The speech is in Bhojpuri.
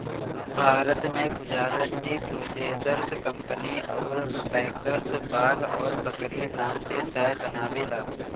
भारत में गुजारत टी प्रोसेसर्स कंपनी अउर पैकर्स बाघ और बकरी नाम से चाय बनावेला